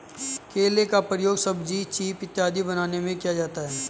केला का प्रयोग सब्जी चीफ इत्यादि बनाने में किया जाता है